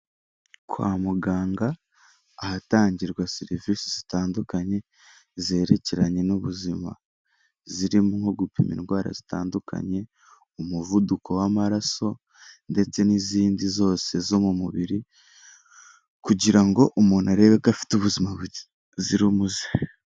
Kwa muganga ahatangirwa serivisi zitandukanye zerekeranye n'ubuzima, zirimo nko gupima indwara zitandukanye, umuvuduko w'amaraso ndetse n'izindi zose zo mu mubiri kugira ngo umuntu arebe ko afite ubuzima buzira umuze.